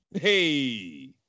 Hey